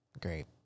great